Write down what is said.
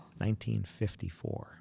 1954